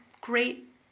great